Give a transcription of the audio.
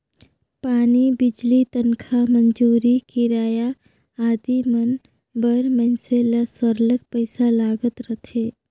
पानी, बिजली, तनखा, मंजूरी, किराया आदि मन बर मइनसे ल सरलग पइसा लागत रहथे